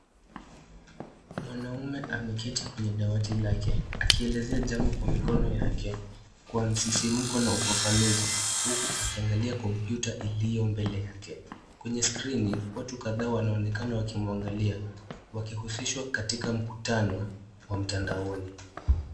Mwanaume ameketi kwenye dawati lake akielezea jambo kwa mikono yake, kwa msisimko na ufafanuzi, huku akiangalia kompyuta iliyo mbele yake. Kwenye skrini, watu kadhaa wanaonekana wakimwangalia wakihusishwa katika mkutano wa mtandaoni.